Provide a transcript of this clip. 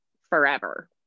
forever